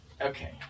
Okay